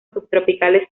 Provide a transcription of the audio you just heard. subtropicales